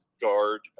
guard